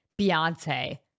Beyonce